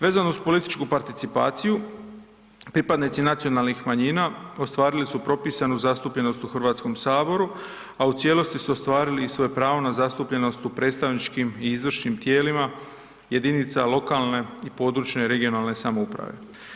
Vezano uz političku participaciju, pripadnici nacionalnih manjina ostvarili su propisanu zastupljenost u Hrvatskom saboru a u cijelosti su ostvarili i svoje pravo na zastupljenost u predstavničkim i izvršnim tijelima jedinica lokalne i područne (regionalne) samouprave.